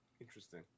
interesting